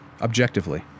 objectively